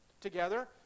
together